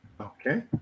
Okay